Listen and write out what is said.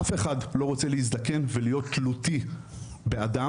אף אחד לא רוצה להזדקן ולהיות תלותי באדם,